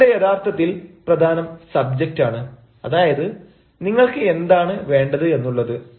ഇവിടെ യഥാർത്ഥത്തിൽ പ്രധാനം സബ്ജക്ട് ആണ് അതായത് നിങ്ങൾക്ക് എന്താണ് വേണ്ടത് എന്നുള്ളത്